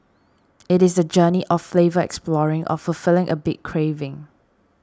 it is the journey of flavour exploring or fulfilling a big craving